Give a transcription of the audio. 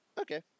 Okay